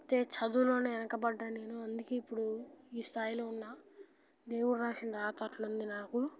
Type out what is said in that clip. కాకపోతే చదువులోనే వెనకపడ్డ నేను అందుకే ఇప్పుడు ఈ స్థాయిలో ఉన్న దేవుడు రాసిన రాత అట్ల ఉంది నాకు